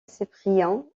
cyprien